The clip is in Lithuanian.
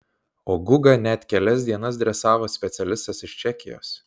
o gugą net kelias dienas dresavo specialistas iš čekijos